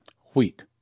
wheat